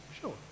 sure